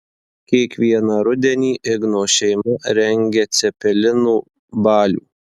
kiekvieną rudenį igno šeima rengia cepelinų balių